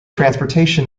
transportation